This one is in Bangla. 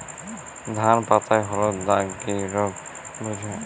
ধান পাতায় হলুদ দাগ কি রোগ বোঝায়?